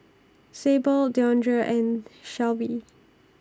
Sable Deondre and Shelvie